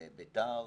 בבית"ר,